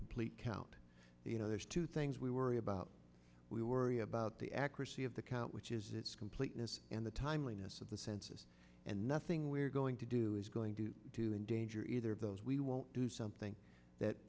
complete count you know there's two things we worry about we worry about the accuracy of the count which is its completeness and the timeliness of the senses and nothing we're going to do is going to do endanger either of those we won't do something that